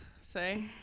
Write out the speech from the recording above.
say